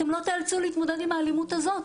אתם לא תאלצו להתמודד עם האלימות הזאת.